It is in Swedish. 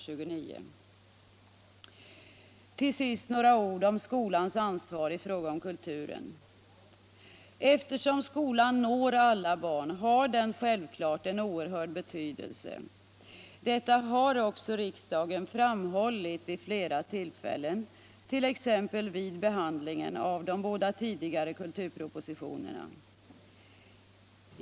Till sist några ord om skolans ansvar i fråga om kulturen. Eftersom skolan når alla barn har den självklart en ocrhörd betydelse. Detta har också riksdagen framhållit vid flera tillfällen, t.ex. vid behandlingen av de båda tidigare kulturpropositionerna.